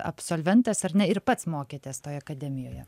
absolventas ar ne ir pats mokėtės toj akademijoje